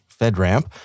FedRAMP